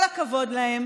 כל הכבוד להם.